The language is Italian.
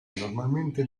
normalmente